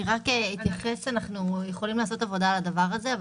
אנחנו יכולים לעשות עבודה על הדבר הזה,